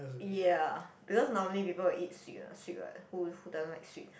ya because normally people will eat sweet um sweet what who who doesn't like sweet